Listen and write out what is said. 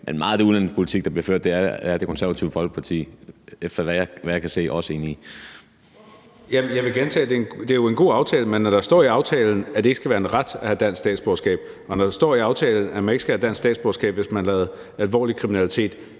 enig i. Kl. 15:47 Tredje næstformand (Trine Torp): Ordføreren. Kl. 15:47 Marcus Knuth (KF): Jamen jeg vil gentage, at det er en god aftale, men når der står i aftalen, at det ikke skal være en ret at have dansk statsborgerskab, og når der står i aftalen, at man ikke skal have dansk statsborgerskab, hvis man har begået alvorlig kriminalitet,